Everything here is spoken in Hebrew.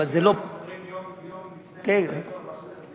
תמיד אנחנו קוראים יום לפני זה בעיתון מה שאחרי זה,